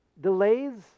delays